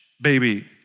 baby